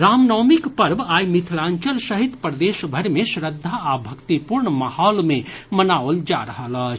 रामनवमीक पर्व आइ मिथिलांचल सहित प्रदेशभरि मे श्रद्धा आ भक्तिपूर्ण माहौल मे मनाओल जा रहल अछि